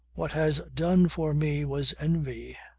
what has done for me was envy.